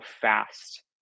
fast